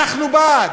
אנחנו בעד.